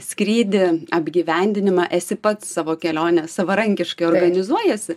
skrydį apgyvendinimą esi pats savo kelionės savarankiškai organizuojasi